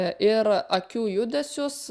ir akių judesius